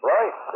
Right